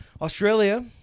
Australia